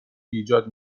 ایجاد